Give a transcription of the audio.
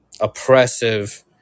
Oppressive